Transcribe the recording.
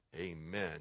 amen